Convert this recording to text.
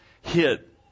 hit